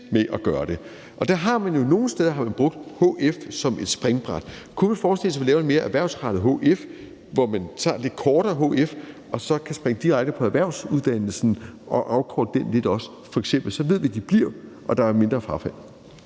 med at gøre det, og nogle steder har man jo brugt HF som et springbræt. Kunne vi forestille os, at vi laver en mere erhvervsrettet HF, hvor man tager en lidt kortere HF, og så kan springe direkte på erhvervsuddannelsen og afprøve den lidt også? F.eks. ved vi, at de bliver, og at der er mindre frafald.